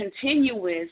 continuous